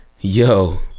Yo